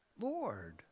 Lord